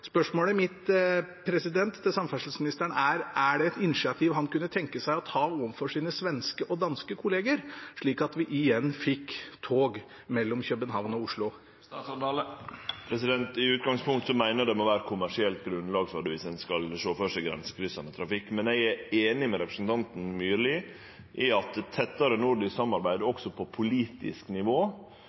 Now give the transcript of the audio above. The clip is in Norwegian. Spørsmålet mitt til samferdselsministeren er: Kunne han tenke seg å ta et initiativ overfor sine svenske og danske kolleger, slik at vi igjen får tog mellom København og Oslo? I utgangspunktet meiner eg det må vere eit kommersielt grunnlag for det dersom ein skal sjå føre seg ein grensekryssande trafikk, men eg er einig med representanten Myrli i at eit tettare nordisk samarbeid også på politisk nivå